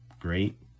great